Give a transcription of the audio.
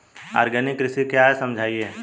Organic कृषि क्या है समझाइए?